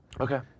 Okay